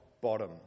bottom